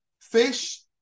fish